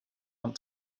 want